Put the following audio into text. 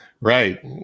Right